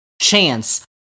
chance